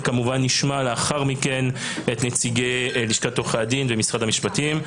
כמובן שנשמע לאחר מכן את נציגי לשכת עורכי הדין ומשרד המשפטים.